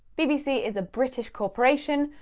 bbc is a british corporation,